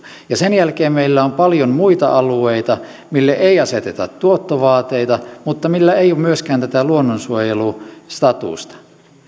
ja sen jälkeen meillä on paljon muita alueita joille ei aseteta tuottovaateita mutta joilla ei ole myöskään tätä luonnonsuojelustatusta